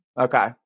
okay